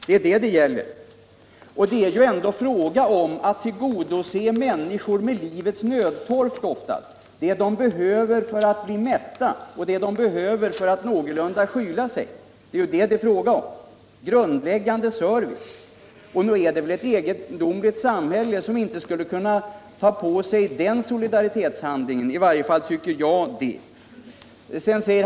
Det är ju ändå oftast fråga om att tillgodose människor med livets nödtorft, vad de behöver för att bli mätta, eller låt oss kalla det en grundläggande service. Nog är det väl ett egendomligt samhälle som inte skulle kunna ta på sig den solidaritetshandlingen. Det är i varje fall min bestämda mening.